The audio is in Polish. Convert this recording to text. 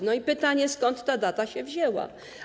I pytanie, skąd ta data się wzięła.